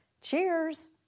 Cheers